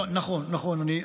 נכון, נכון.